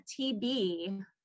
TB